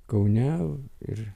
kaune ir